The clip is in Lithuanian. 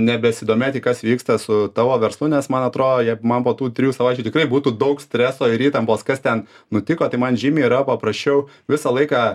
nebesidomėti kas vyksta su tavo verslu nes man atrodo jei man po tų trijų savaičių tikrai būtų daug streso ir įtampos kas ten nutiko tai man žymiai yra paprasčiau visą laiką